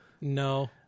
No